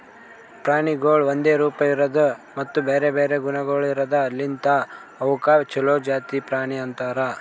ಪ್ರಾಣಿಗೊಳ್ ಒಂದೆ ರೂಪ, ಇರದು ಮತ್ತ ಬ್ಯಾರೆ ಬ್ಯಾರೆ ಗುಣಗೊಳ್ ಇರದ್ ಲಿಂತ್ ಅವುಕ್ ಛಲೋ ಜಾತಿ ಪ್ರಾಣಿ ಅಂತರ್